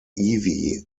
ivy